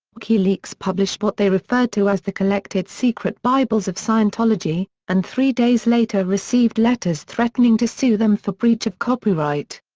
wikileaks published what they referred to as the collected secret bibles of scientology, and three days later received letters threatening to sue them for breach of copyright.